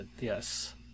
Yes